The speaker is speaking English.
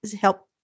help